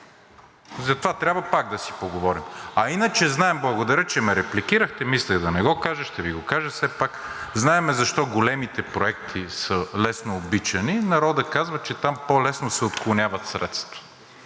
представител Асен Василев.) А иначе знаем – благодаря, че ме репликирахте, мислех да не го кажа, ще Ви го кажа все пак, знаем защо големите проекти са лесно обичани – народът казва, че там по-лесно се отклоняват средства,